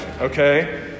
okay